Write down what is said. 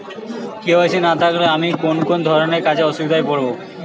KYC না থাকলে আমি কোন কোন ধরনের কাজে অসুবিধায় পড়ব?